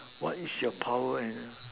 what is your power and